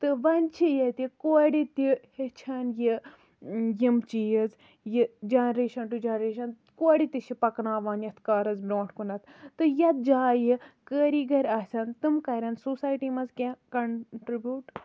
تہٕ وۄنۍ چھِ ییٚتہِ کورِ تہِ ہیٚچھان یہِ یِم چیٖز یہِ جَنریشَن ٹُو جَنریشَن کورِ تہِ چھِ پَکناوان یتھ کارَس برونٛٹھ کُنَتھ تہٕ یتھ جایہِ کٲری گر آسن تم کَرن سوسایٹی مَنٛز کینٛہہ کَنٹربیوٗٹ